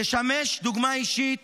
תשמש דוגמה אישית